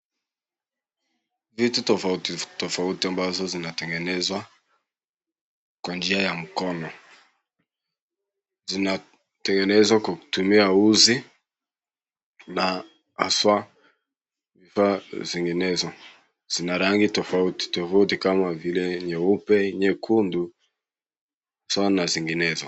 Vitu tofauti tofauti ambazo zinatengenezwa kwa njia ya mkono, zinatengenezwa kutumia uzi na haswa vifaa zinginezo, zina rangi tofauti kama vile nyeupe, nyekundu na zinginezo.